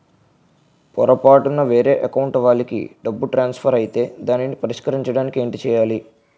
పొరపాటున వేరే అకౌంట్ వాలికి డబ్బు ట్రాన్సఫర్ ఐతే దానిని పరిష్కరించడానికి ఏంటి చేయాలి?